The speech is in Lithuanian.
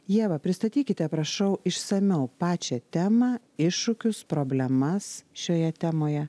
ieva pristatykite prašau išsamiau pačią temą iššūkius problemas šioje temoje